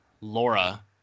Laura